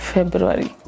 February